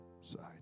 side